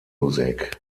music